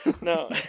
no